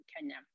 Kenya